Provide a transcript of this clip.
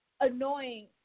Annoying